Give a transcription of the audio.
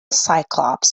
cyclops